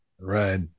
Right